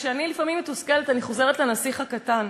ולפעמים כשאני מתוסכלת אני חוזרת ל"נסיך הקטן".